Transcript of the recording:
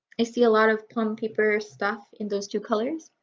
i see a lot of plum paper stuff in those two colors.